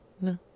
no